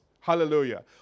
Hallelujah